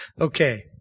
Okay